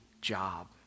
job